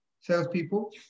salespeople